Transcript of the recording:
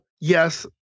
yes